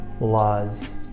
laws